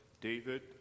David